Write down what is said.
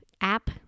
app